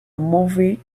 movie